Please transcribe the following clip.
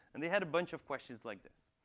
and they had a bunch of questions like this.